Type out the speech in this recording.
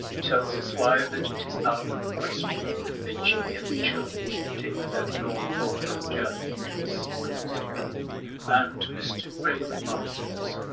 tells his wife that it is out of the question that she and the children should take that long-talked-of journey to the sea-coast and mr. gregory masters,